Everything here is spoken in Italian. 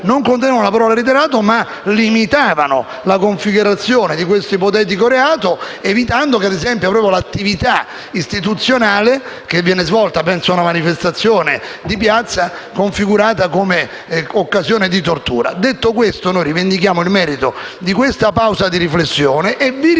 non contenevano la parola «reiterate» ma limitavano la configurazione di questo ipotetico reato, evitando, ad esempio, che l'attività istituzionale che viene svolta (penso ad una manifestazione di piazza) potesse essere configurata come occasione di tortura. Noi rivendichiamo il merito di questa pausa di riflessione e verificheremo